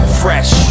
fresh